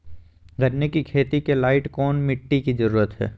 गन्ने की खेती के लाइट कौन मिट्टी की जरूरत है?